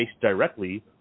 directly